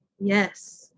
yes